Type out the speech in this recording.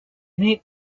innate